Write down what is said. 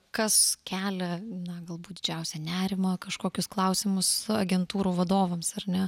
kas kelia na galbūt didžiausią nerimą kažkokius klausimus agentūrų vadovams ar ne